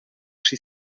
schi